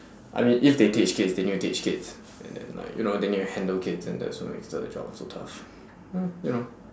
I mean if they teach kids they need to teach kids and then like you know they need to handle kids and that's why it's still the job is so tough you know